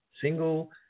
Single-